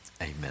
Amen